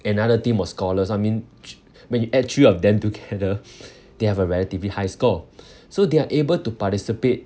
another team of scholars I mean ch~ when you add three of them together they have a relatively high score so they are able to participate